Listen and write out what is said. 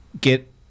get